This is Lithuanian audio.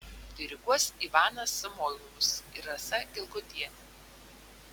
diriguos ivanas samoilovas ir rasa gelgotienė